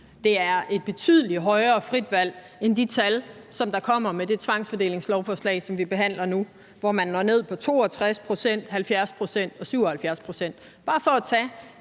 Der er tale om betydelig mere frit valg end i de tal, der kommer med det tvangsfordelingslovforslag, som vi behandler nu, hvor man når ned på 62 pct., 70 pct. og 77 pct. – bare for at tage